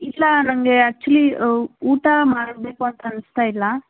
ಇಲ್ಲ ನನಗೆ ಆ್ಯಕ್ಚುಲಿ ಊಟ ಮಾಡಬೇಕು ಅಂತ ಅನ್ನಿಸ್ತಾ ಇಲ್ಲ